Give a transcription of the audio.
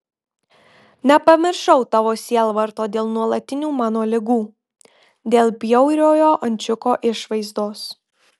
nepamiršau tavo sielvarto dėl nuolatinių mano ligų dėl bjauriojo ančiuko išvaizdos